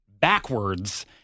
backwards